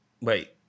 wait